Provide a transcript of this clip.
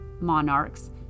monarchs